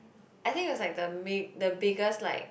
I think it was like the big~ the biggest like